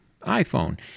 iPhone